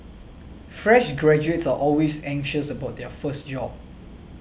fresh graduates are always anxious about their first job